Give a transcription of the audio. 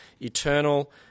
eternal